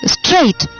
straight